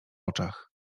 oczach